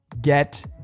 get